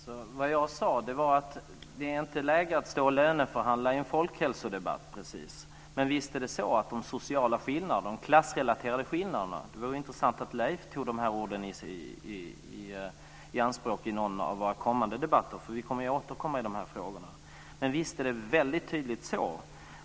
Fru talman! Vad jag sade var att det inte precis är läge att stå och löneförhandla i en folkhälsodebatt. Men visst handlar detta om sociala och klassrelaterade skillnader. Det vore intressant om Leif tog de här orden i anspråk i någon av våra kommande debatter, för vi kommer ju att återkomma i de här frågorna. Men visst är det väldigt tydligt så.